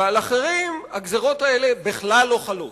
ועל אחרים הגזירות האלה בכלל לא חלות,